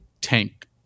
tank